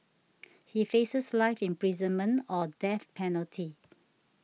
he faces life imprisonment or death penalty